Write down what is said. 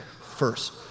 first